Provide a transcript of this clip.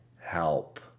help